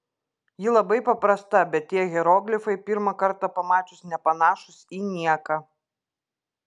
ji labai paprasta bet tie hieroglifai pirmą kartą pamačius nepanašūs į nieką